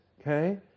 Okay